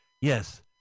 yes